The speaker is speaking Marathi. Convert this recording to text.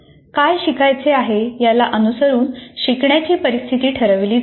काय शिकायचे आहे याला अनुसरून शिकण्याची परिस्थिती ठरवली जाते